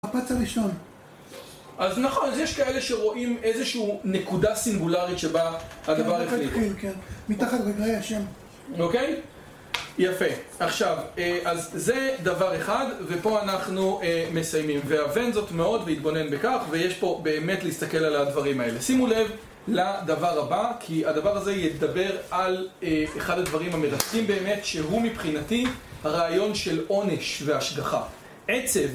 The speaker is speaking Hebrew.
הפצע ראשון. אז נכון, אז יש כאלה שרואים איזשהו נקודה סינגולרית שבה הדבר החליק כן, כן, כן, מתחת לרגלי השם אוקיי? יפה עכשיו, אז זה דבר אחד ופה אנחנו מסיימים והבן זאת מאוד, והתבונן בכך ויש פה באמת להסתכל על הדברים האלה שימו לב לדבר הבא כי הדבר הזה ידבר על אחד הדברים המרתקים באמת שהוא מבחינתי הרעיון של עונש והשגחה עצב